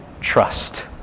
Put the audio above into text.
trust